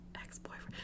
ex-boyfriend